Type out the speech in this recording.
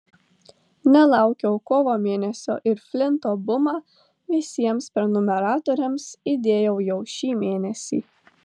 nelaukiau kovo mėnesio ir flinto bumą visiems prenumeratoriams įdėjau jau šį mėnesį